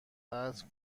قطع